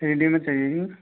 three D में चाहिए जी